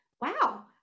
Wow